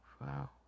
wow